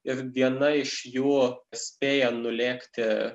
ir viena iš jų spėja nulėkti